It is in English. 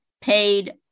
paid